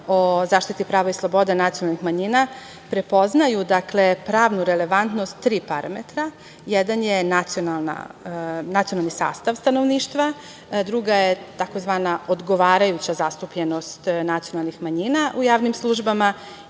o zaštiti prava i sloboda nacionalnih manjina prepoznaju pravnu relevantnost tri parametra, jedna je nacionalni sastav stanovništva, druga je tzv. odgovarajuća zastupljenost nacionalnih manjina u javnim službama